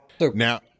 Now